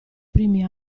primi